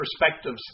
perspectives